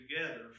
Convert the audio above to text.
together